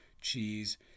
cheese